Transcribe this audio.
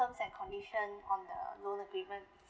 terms and conditions on the loan agreement